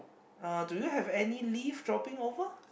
uh do you have any leaf dropping over